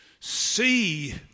See